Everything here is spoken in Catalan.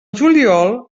juliol